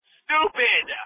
stupid